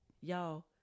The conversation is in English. y'all